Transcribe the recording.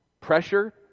Pressure